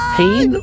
pain